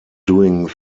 doing